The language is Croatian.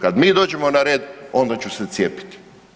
Kad mi dođemo na red onda ću se cijepiti.